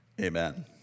amen